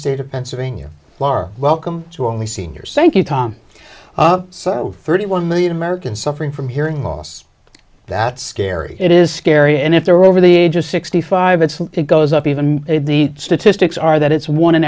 state of pennsylvania floor welcome to only seniors thank you tom so thirty one million americans suffering from hearing loss that scary it is scary and if they're over the age of sixty five it's it goes up even if the statistics are that it's one in